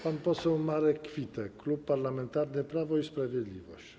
Pan poseł Marek Kwitek, Klub Parlamentarny Prawo i Sprawiedliwość.